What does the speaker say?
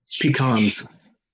Pecans